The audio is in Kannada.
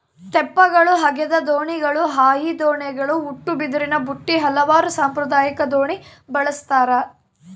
ತೆಪ್ಪಗಳು ಹಗೆದ ದೋಣಿಗಳು ಹಾಯಿ ದೋಣಿಗಳು ಉಟ್ಟುಬಿದಿರಿನಬುಟ್ಟಿ ಹಲವಾರು ಸಾಂಪ್ರದಾಯಿಕ ದೋಣಿ ಬಳಸ್ತಾರ